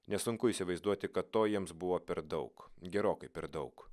nesunku įsivaizduoti kad to jiems buvo per daug gerokai per daug